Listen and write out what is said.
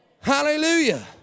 hallelujah